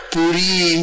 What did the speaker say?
Puri